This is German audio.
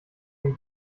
ein